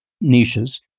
niches